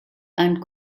and